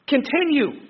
Continue